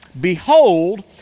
Behold